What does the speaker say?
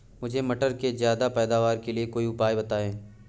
मुझे मटर के ज्यादा पैदावार के लिए कोई उपाय बताए?